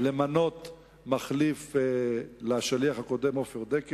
למנות מחליף לשליח הקודם, עופר דקל.